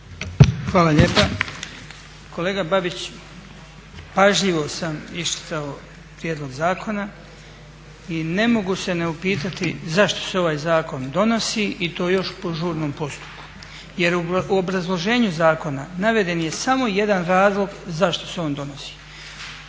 Hvala lijepa. Kolega Babić, pažljivo sam iščitao prijedlog zakona i ne mogu se ne upitati zašto se ovaj zakon donosi i to još po žurnom postupku. Jer u obrazloženju zakona naveden je samo jedan razlog zašto se on donosi,